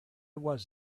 was